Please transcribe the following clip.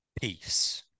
Peace